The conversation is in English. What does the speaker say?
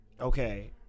Okay